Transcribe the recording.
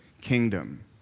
kingdom